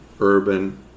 urban